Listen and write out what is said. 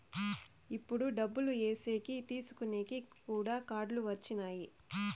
ఇప్పుడు డబ్బులు ఏసేకి తీసుకునేకి కూడా కార్డులు వచ్చినాయి